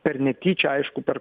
per netyčia aišku per